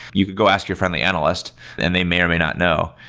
you could go ask your friendly analyst and they may or may not know.